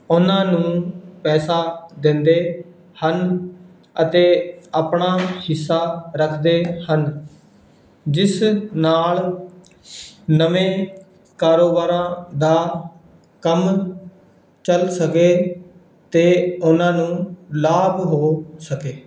ਉਹਨਾਂ ਨੂੰ ਪੈਸਾ ਦਿੰਦੇ ਹਨ ਅਤੇ ਆਪਣਾ ਹਿੱਸਾ ਰੱਖਦੇ ਹਨ ਜਿਸ ਨਾਲ ਨਵੇਂ ਕਾਰੋਬਾਰਾਂ ਦਾ ਕੰਮ ਚੱਲ ਸਕੇ ਤੇ ਉਹਨਾਂ ਨੂੰ ਲਾਭ ਹੋ ਸਕੇ